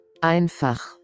Einfach